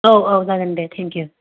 औ औ जागोन दे टेंकिउ